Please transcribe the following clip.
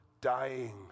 dying